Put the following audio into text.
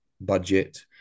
budget